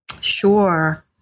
Sure